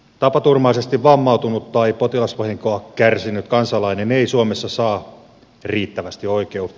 tapaturmaisesti vammautunut tai potilasvahinkoa kärsinyt kansalainen ei suomessa saa riittävästi oikeutta